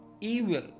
evil